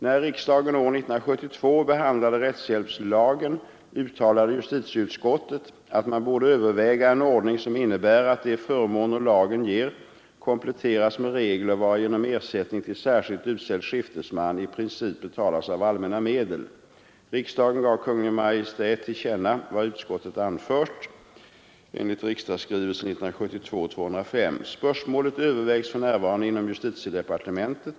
När riksdagen år 1972 behandlade rättshjälpslagen uttalade justitieutskottet att man borde överväga en ordning som innebär, att de förmåner lagen ger kompletteras med regler varigenom ersättning till särskilt utsedd skiftesman i princip betalas av allmänna medel. Riksdagen gav Kungl. Maj:t till känna vad utskottet anfört . Spörsmålet övervägs för närvarande inom justitiedepartementet.